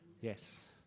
Yes